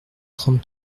trente